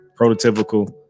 Prototypical